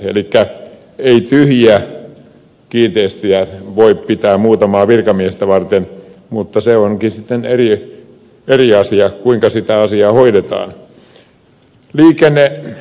elikkä ei tyhjiä kiinteistöjä voi pitää muutamaa virkamiestä varten mutta se onkin sitten eri asia kuinka sitä hoidetaan